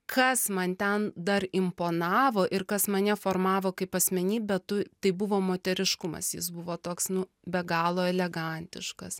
kas man ten dar imponavo ir kas mane formavo kaip asmenybę tu tai buvo moteriškumas jis buvo toks nu be galo elegantiškas